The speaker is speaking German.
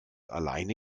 alleine